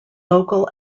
local